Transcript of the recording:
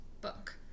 book